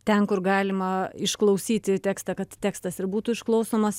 ten kur galima išklausyti tekstą kad tekstas ir būtų išklausomas